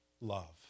love